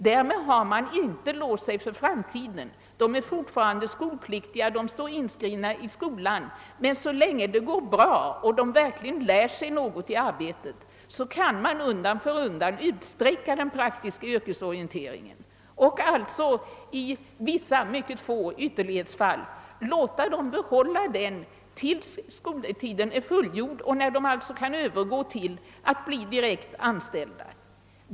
Därmed har man inte låst sig för framtiden, ty eleverna är fortfarande skolpliktiga och står inskrivna i skolan, men så länge det går bra för dem och de lär sig något i arbetet kan den praktiska yrkesorienteringen undan för undan utsträckas och man kan då i dessa mycket få ytterlighetsfall låta dem få behålla sitt arbete tills skolplikten är fullgjord och de alltså kan övergå till att bli direkt anställda.